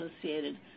associated